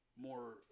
more